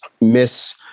miss